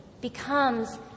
becomes